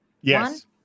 Yes